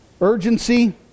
Urgency